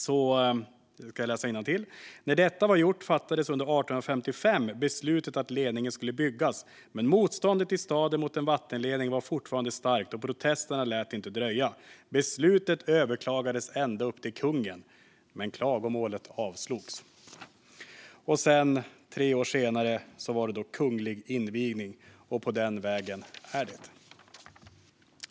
Stockholm Vatten skriver: När detta var gjort fattades under 1855 beslutet att ledningen skulle byggas. Men motståndet i staden mot en vattenledning var fortfarande starkt, och protesterna lät inte dröja. Beslutet överklagades ända upp till kungen. Men klagomålet avslogs. Tre år senare var det kunglig invigning, och på den vägen är det.